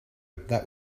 that